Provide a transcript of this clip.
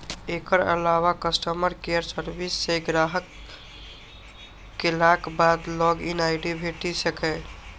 एकर अलावा customer care service सं आग्रह केलाक बाद लॉग इन आई.डी भेटि सकैए